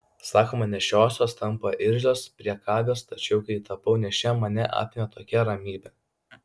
sakoma nėščiosios tampa irzlios priekabios tačiau kai tapau nėščia mane apėmė tokia ramybė